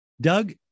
doug